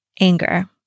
anger